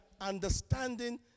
understanding